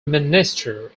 minister